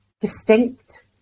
distinct